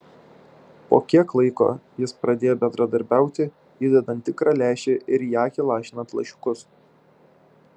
po kiek laiko jis pradėjo bendradarbiauti įdedant tikrą lęšį ir į akį lašinant lašiukus